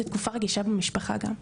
זה תקופה רגישה במשפחה גם.